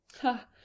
Ha